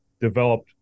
developed